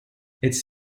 its